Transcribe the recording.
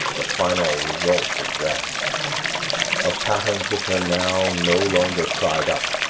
the final result of dress of patterns which are now no longer cried up,